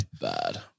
Bad